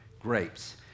grapes